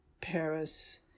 Paris